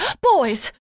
boys